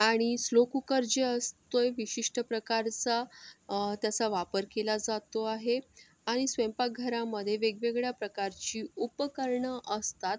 आणि slow cooker जे असतो आहे विशिष्ट प्रकारचा त्याचा वापर केला जातो आहे आणि स्वयंपाकघरामध्ये वेगवेगळ्या प्रकारची उपकरणं असतात